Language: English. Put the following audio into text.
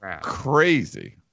crazy